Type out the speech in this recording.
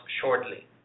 shortly